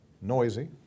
noisy